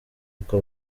kuko